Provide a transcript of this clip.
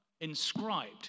inscribed